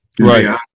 Right